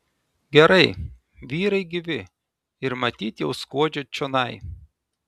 gerai vyrai gyvi ir matyt jau skuodžia čionai